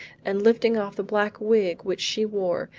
and lifting off the black wig which she wore,